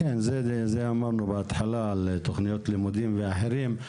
אמרנו גם בהתחלה על תוכניות לימודים ואחרים.